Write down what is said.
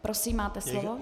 Prosím, máte slovo.